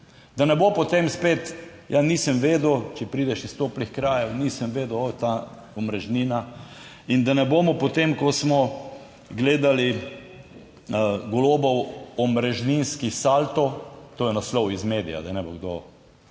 Da ne bo potem spet, ja, nisem vedel, če prideš iz toplih krajev, nisem vedel ta omrežnina. In da ne bomo potem, ko smo gledali Golobov omrežninski salto, to je naslov iz medija, da ne bo kdo